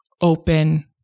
open